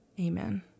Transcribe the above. Amen